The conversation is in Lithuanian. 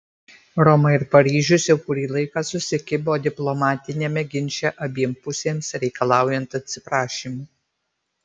roma ir paryžius jau kurį laiką susikibo diplomatiniame ginče abiem pusėms reikalaujant atsiprašymų